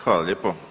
Hvala lijepo.